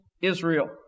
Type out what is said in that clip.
Israel